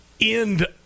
end